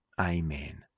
Amen